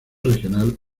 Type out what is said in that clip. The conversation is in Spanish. regional